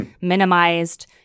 minimized